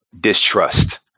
distrust